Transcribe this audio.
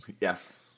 yes